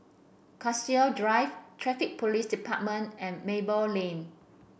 Cassia Drive Traffic Police Department and Maple Lane